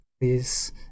Please